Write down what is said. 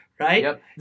Right